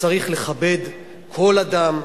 וצריך לכבד כל אדם,